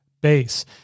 base